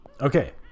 Okay